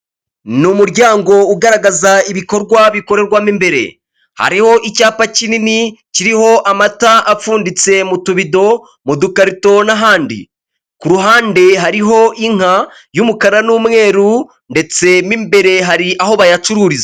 N'umuryango ugaragaza ibikorwa bikorerwamo imbere, hariho icyapa kinini kiriho amata apfunditse mu tubido, mu dukarito n'ahandi; ku ruhande hariho inka y'umukara n'umweru, ndetse n'imbere hari aho bayacururiza.